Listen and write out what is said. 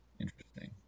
Interesting